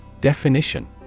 Definition